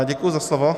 Děkuji za slovo.